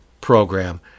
program